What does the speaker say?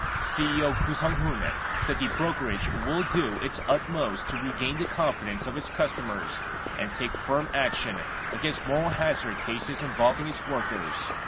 ceo koo sung-hoon ah said the brokerage will do its utmost to regain the confidence of its customers and take firm action against moral hazard cases involving its workers.